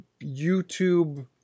YouTube